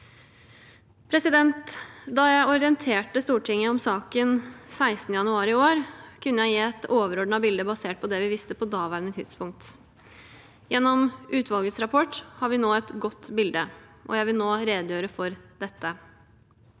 redegjørelse. Da jeg orienterte Stortinget om saken 16. januar i år, kunne jeg gi et overordnet bilde basert på det vi visste på daværende tidspunkt. Gjennom utvalgets rapport har vi nå et godt bilde, og jeg vil nå redegjøre for dette.